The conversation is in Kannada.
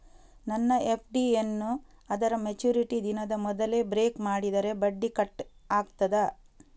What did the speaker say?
ನನ್ನ ಎಫ್.ಡಿ ಯನ್ನೂ ಅದರ ಮೆಚುರಿಟಿ ದಿನದ ಮೊದಲೇ ಬ್ರೇಕ್ ಮಾಡಿದರೆ ಬಡ್ಡಿ ಕಟ್ ಆಗ್ತದಾ?